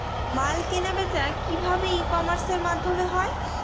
মাল কেনাবেচা কি ভাবে ই কমার্সের মাধ্যমে হয়?